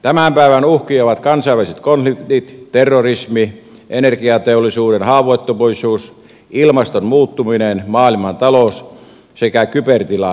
tämän päivän uhkia ovat kansainväliset konfliktit terrorismi energiateollisuuden haavoittuvuus ilmaston muuttuminen maailmantalous sekä kybertilan häiriöt